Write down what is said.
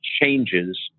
changes